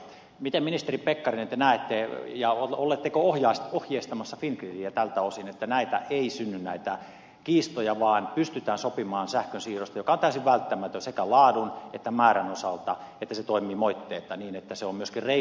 miten ministeri pekkarinen te näette asian ja oletteko ohjeistamassa fingridiä tältä osin että ei synny näitä kiistoja vaan pystytään sopimaan sähkönsiirrosta joka on täysin välttämätön sekä laadun että määrän osalta että se toimii moitteetta niin että se on myöskin reilun pelin kauppaa